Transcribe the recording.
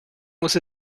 muss